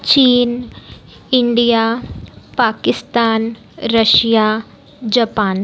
चीन India Pakistan Russia Japan